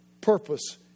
purpose